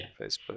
facebook